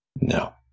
No